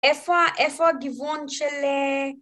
איפה, איפה גיוון של?